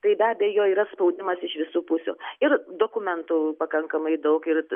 tai be abejo yra spaudimas iš visų pusių ir dokumentų pakankamai daug ir